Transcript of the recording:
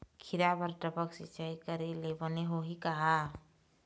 खिरा बर टपक सिचाई करे ले बने होही का?